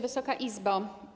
Wysoka Izbo!